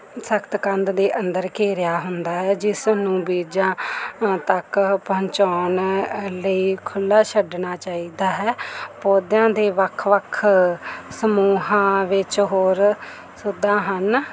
ਸਖਤ ਕੰਧ ਦੇ ਅੰਦਰ ਘੇਰਿਆ ਹੁੰਦਾ ਹੈ ਜਿਸ ਨੂੰ ਬੀਜਾਂ ਤੱਕ ਪਹੁੰਚਾਉਣ ਲਈ ਖੁੱਲ੍ਹਾ ਛੱਡਣਾ ਚਾਹੀਦਾ ਹੈ ਪੌਦਿਆਂ ਦੇ ਵੱਖ ਵੱਖ ਸਮੂਹਾਂ ਵਿੱਚ ਹੋਰ ਸੋਧਾਂ ਹਨ